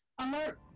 Alert